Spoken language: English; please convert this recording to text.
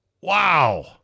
Wow